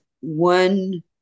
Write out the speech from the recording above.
one